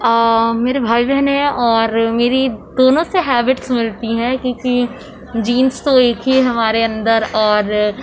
میرے بھائی بہن ہیں اور میری دونوں سے ہیبٹس ملتی ہیں کیوں کہ جینس تو ایک ہی ہیں ہمارے اندر اور